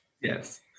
Yes